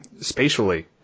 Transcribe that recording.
spatially